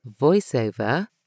Voiceover